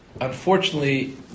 unfortunately